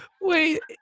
wait